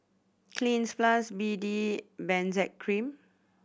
Cleanz Plus B D Benzac Cream